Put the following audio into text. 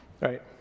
right